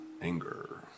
anger